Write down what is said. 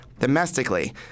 domestically